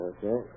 Okay